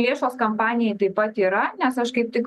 lėšos kampanijai taip pat yra nes aš kaip tik